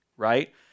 Right